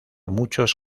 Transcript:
muchos